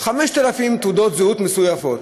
5,000 תעודות זהות מזויפות,